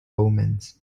omens